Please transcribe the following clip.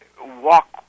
walk